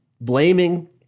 blaming